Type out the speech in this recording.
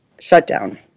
shutdown